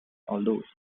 although